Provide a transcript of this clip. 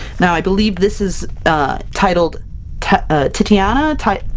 now i believe this is titled t ah titiana? t